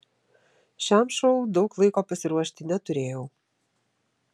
šiam šou daug laiko pasiruošti neturėjau